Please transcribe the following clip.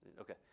Okay